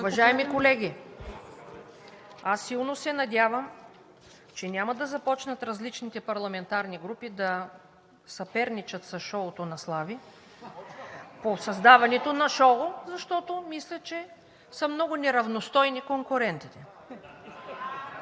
Уважаеми колеги, силно се надявам, че няма да започнат различните парламентарни групи да съперничат с „Шоуто на Слави“ по създаването на шоу, защото мисля, че са много неравностойни конкурентите.